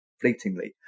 fleetingly